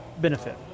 benefit